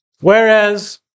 Whereas